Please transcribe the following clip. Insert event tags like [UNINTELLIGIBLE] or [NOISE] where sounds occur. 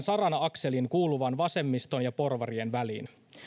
[UNINTELLIGIBLE] sarana akselin kuuluvan vasemmiston ja porvarien väliin